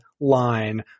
line